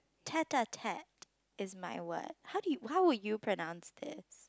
tete-a-tete is my word how do you how would you pronounce this